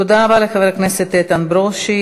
תודה רבה לחבר הכנסת איתן ברושי.